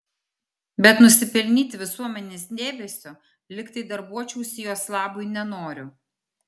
bet nusipelnyti visuomenės dėmesio lyg tai darbuočiausi jos labui nenoriu